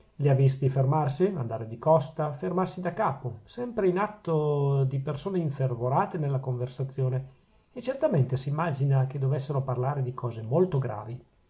li ha visti fermarsi andare di costa fermarsi da capo sempre in atto di persone infervorate nella conversazione e certamente s'immagina che dovessero parlare di cose molto gravi